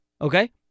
Okay